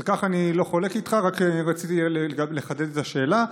על כך אני לא חולק עליך, רק רציתי לחדד את השאלה.